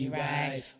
right